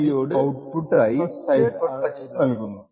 അത് എൻക്രിപ്ഷൻ നടത്തി ഔട്പുട്ട് ആയി സൈഫർ ടെക്സ്റ്റ് നൽകുന്നു